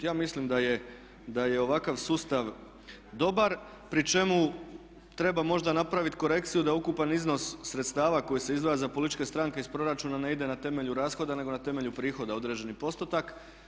Ja mislim da je ovakav sustav dobar, pri čemu treba možda napraviti korekciju da ukupan iznos sredstava koji se izdvaja za političke stranke iz proračuna ne ide na temelju rashoda nego na temelju prihoda određeni postotak.